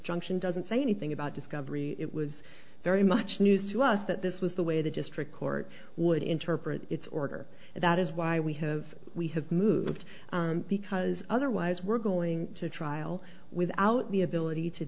junction doesn't say anything about discovery it was very much news to us that this was the way the district court would interpret its order and that is why we have we have moved because otherwise we're going to trial without the ability to